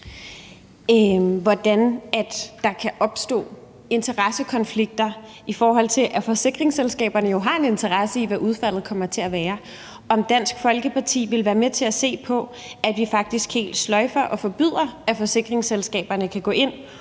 hvordan der kan opstå interessekonflikter, i forhold til at forsikringsselskaberne jo har en interesse i, hvad udfaldet kommer til at være, om Dansk Folkeparti vil være med til at sikre, at vi faktisk helt sløjfer og forbyder, at forsikringsselskaberne kan gå ind